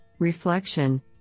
reflection